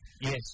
Yes